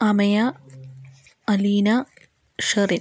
അമ്മയ Aleena Sherin